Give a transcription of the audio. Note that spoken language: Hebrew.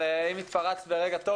אבל אם התפרצת ברגע טוב,